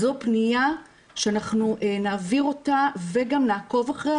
זו פניה שאנחנו נעביר אותה וגם נעקוב אחריה,